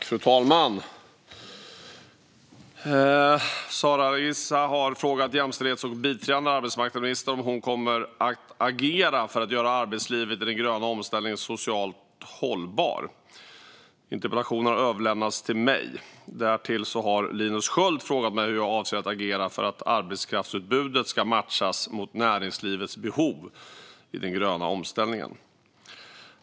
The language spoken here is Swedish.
Fru talman! Zara Leghissa har frågat jämställdhets och biträdande arbetsmarknadsministern om hon kommer att agera för att göra arbetslivet i den gröna omställningen socialt hållbart. Interpellationen har överlämnats till mig. Därtill har Linus Sköld frågat mig hur jag avser att agera för att arbetskraftsutbudet ska matchas mot näringslivets behov i den gröna omställningen.